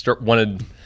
wanted